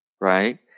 right